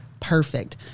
perfect